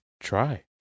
try